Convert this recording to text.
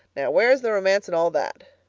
now, where is the romance in all that?